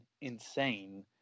insane